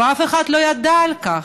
ואף אחד לא ידע על כך.